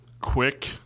quick